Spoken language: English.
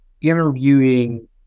interviewing